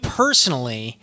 personally